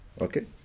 Okay